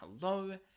hello